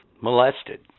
molested